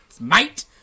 mate